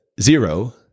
zero